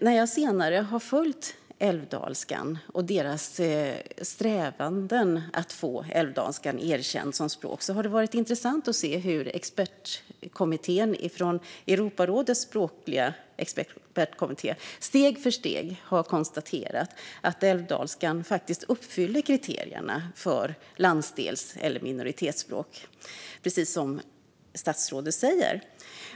När jag senare har följt älvdalskan och strävan att få den erkänd som språk har det varit intressant att se hur Europarådets språkliga expertkommitté steg för steg har konstaterat att älvdalskan faktiskt uppfyller kriterierna för landsdels eller minoritetsspråk, precis som statsrådet säger.